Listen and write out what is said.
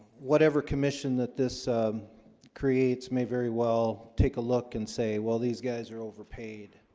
whatever commission that this creates may very well take a look and say well these guys are overpaid